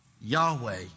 Yahweh